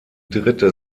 dritte